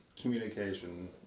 communication